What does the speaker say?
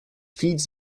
feeds